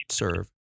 serve